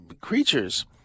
creatures